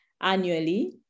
annually